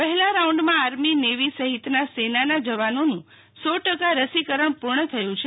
પહેલા રાઉન્ડમાં army navy સહિતના સેનાના જવાનોનું સો ટકા રસીકરણ પૂર્ણ થયું છે